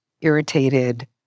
irritated